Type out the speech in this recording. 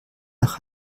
nach